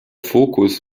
fokus